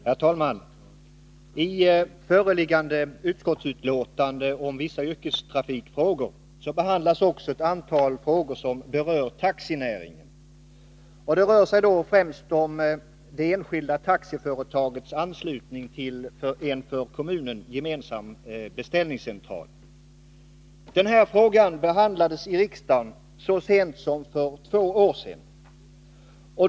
Herr talman! I föreliggande utskottsutlåtande om vissa yrkestrafikfrågor behandlas också ett antal frågor som berör taxinäringen. Det rör sig främst om det enskilda taxiföretagets anslutning till en för kommunen gemensam beställningscentral. Denna fråga behandlades i riksdagen så sent som för två år sedan.